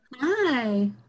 Hi